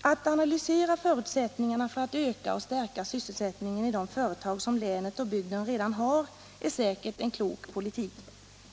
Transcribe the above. Att analysera förutsättningarna för att öka och stärka sysselsättningen i de företag som länet och bygden redan har är säkert en klok politik.